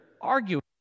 arguing